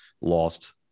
lost